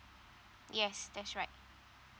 yes that's right